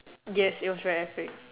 yes it was very epic